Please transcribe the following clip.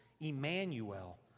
Emmanuel